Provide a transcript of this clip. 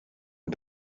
est